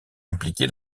impliqué